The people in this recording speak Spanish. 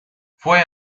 fue